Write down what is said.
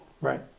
right